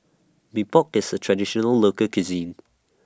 Mee Pok IS A Traditional Local Cuisine